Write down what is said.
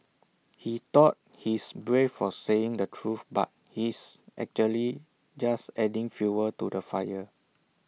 he thought he's brave for saying the truth but he's actually just adding fuel to the fire